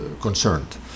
concerned